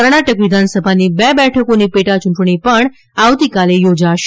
કર્ણાટક વિધાનસભાની બે બેઠકોની પેટાચૂંટણી પણ આવતીકાલે યોજાશે